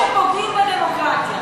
שפוגעים בדמוקרטיה.